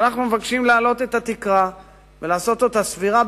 אנחנו מבקשים להעלות את התקרה ולעשות אותה סבירה,